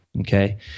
okay